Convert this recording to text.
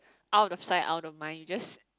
out of side out of mind you just